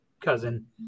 cousin